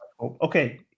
Okay